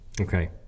Okay